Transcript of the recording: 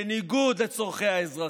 בניגוד לצורכי האזרחים.